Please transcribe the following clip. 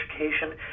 education